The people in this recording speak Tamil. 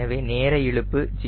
எனவே நேர இழுப்பு 0